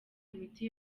imiti